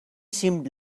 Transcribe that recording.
seemed